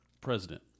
president